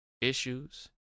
issues